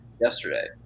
yesterday